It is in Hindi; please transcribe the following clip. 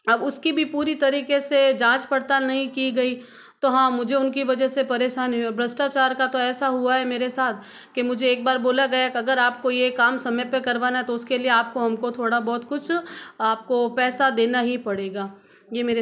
अब उसकी भी पूरी तरीके से जाँच पड़ताल नहीं की गई तो हाँ मुझे उनकी वजह से परेशानी हुई और भ्रष्टाचार का तो ऐसा हुआ है मेरे साथ कि मुझे एक बार बोला गया अगर आपको ये काम समय पे करवाना है तो उसके लिए आपको हमको थोड़ा बहुत कुछ आपको पैसा देना ही पड़ेगा ये मेरे